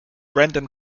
brendan